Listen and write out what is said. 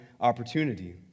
opportunity